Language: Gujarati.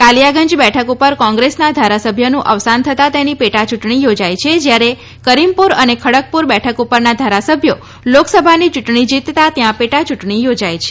કાલિયાગંજ બેઠક ઉપર કોંગ્રેસના ધારાસભ્યનું અવસાન થતા તેની પેટાયૂંટણી યોજાઇ છે જ્યારે કરીમપુર અને ખડગપુર બેઠક ઉપરનાં ધારાસભ્યો લોકસભાની ચૂંટણી જીતતા ત્યાં પેટાચૂંટણી યોજાઇ છે